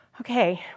okay